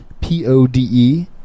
P-O-D-E